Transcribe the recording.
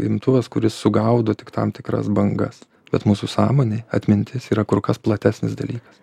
imtuvas kuris sugaudo tik tam tikras bangas bet mūsų sąmonė atmintis yra kur kas platesnis dalykas